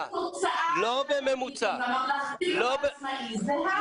-- -הממלכתי והעצמאי זהה.